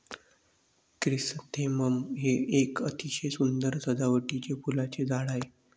chrysanthemum हे एक अतिशय सुंदर सजावटीचे फुलांचे झाड आहे